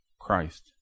Christ